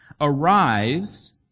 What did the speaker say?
arise